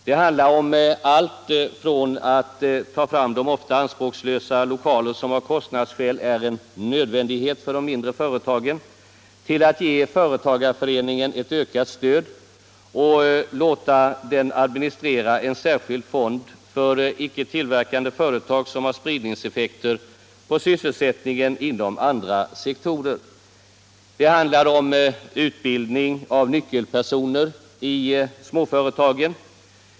Det handlar om allt från att ta fram de ofta anspråkslösa lokaler som av kostnadsskäl är en nödvändighet för de mindre företagen till att ge företagareföreningen ett ökat stöd och låta den administrera en särskild fond för icke tillverkande företag som har spridningseffekter på sysselsättningen inom andra sektorer. Det handlar om utbildning av nyckelpersoner i småföretagen.